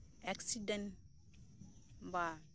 accident ᱵᱟ